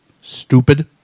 stupid